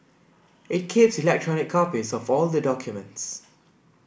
it keeps electronic copies of all the documents